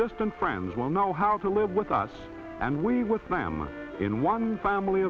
distant friends will know how to live with us and we with my i am in one family